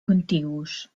contigus